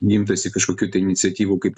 imtasi kažkokių tai iniciatyvų kaip